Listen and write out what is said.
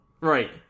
right